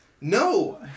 No